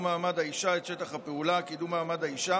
מעמד האישה את שטח הפעולה: קידום מעמד האישה,